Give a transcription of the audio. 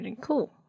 Cool